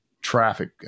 traffic